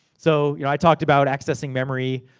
so you know, i talked about accessing memory,